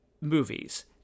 movies